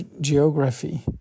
geography